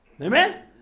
Amen